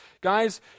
Guys